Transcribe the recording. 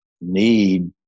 need